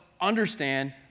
understand